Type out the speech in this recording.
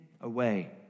away